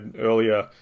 earlier